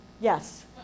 Yes